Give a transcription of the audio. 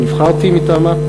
נבחרתי מטעמה,